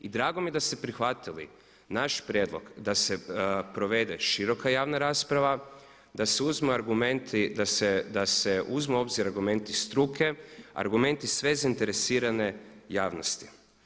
I drago mi je da ste prihvatili naš prijedlog da se provede široka javna rasprava, da se uzmu u obzir argumenti struke, argumenti sve zainteresirane javnosti.